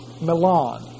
Milan